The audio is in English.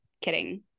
kidding